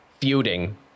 feuding